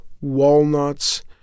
walnuts